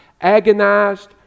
agonized